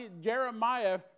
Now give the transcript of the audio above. Jeremiah